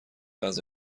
غذا